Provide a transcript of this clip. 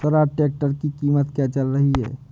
Swaraj tractor की कीमत क्या चल रही है?